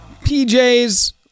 PJs